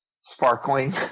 sparkling